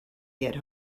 get